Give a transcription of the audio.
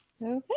Okay